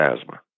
asthma